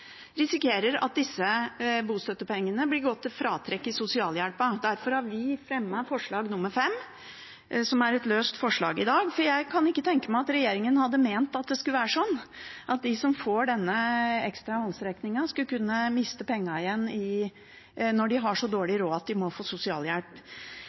risikerer at disse bostøttepengene vil gå til fratrekk i sosialhjelpen. Derfor har vi i dag fremmet et forslag, forslag nr. 8, som er et såkalt løst forslag, for jeg kan ikke tenke meg at regjeringen hadde ment at det skulle være slik at de som får denne ekstra håndsrekningen, skal kunne miste pengene igjen når de har så